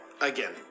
again